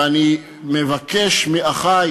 ואני מבקש מאחי